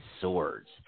swords